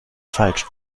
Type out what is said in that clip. falsch